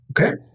okay